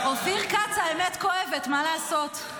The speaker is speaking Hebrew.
--- אופיר כץ, האמת כואבת, מה לעשות?